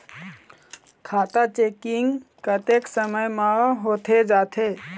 खाता चेकिंग कतेक समय म होथे जाथे?